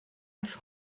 als